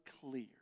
clear